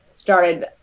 Started